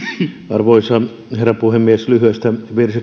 arvoisa herra puhemies lyhyestä virsi